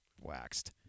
waxed